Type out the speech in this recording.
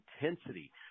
intensity